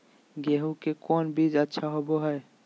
गेंहू के कौन बीज अच्छा होबो हाय?